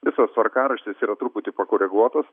visas tvarkaraštis yra truputį pakoreguotas